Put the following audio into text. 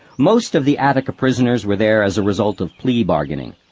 most of the attica prisoners were there as a result of plea bargaining.